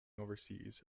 overseas